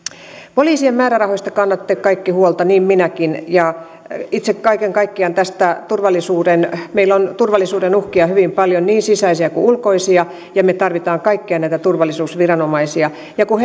poliisien määrärahoista kannatte kaikki huolta niin minäkin ja itse kaiken kaikkiaan tästä turvallisuudesta meillä on turvallisuuden uhkia hyvin paljon niin sisäisiä kuin ulkoisia ja me tarvitsemme kaikkia näitä turvallisuusviranomaisia kun